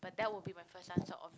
but that would be my first answer obv~